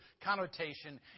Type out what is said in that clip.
connotation